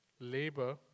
labor